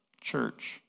church